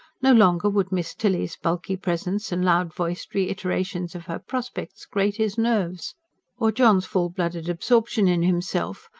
no longer would miss tilly's bulky presence and loud-voiced reiterations of her prospects grate his nerves or john's full-blooded absorption in himself,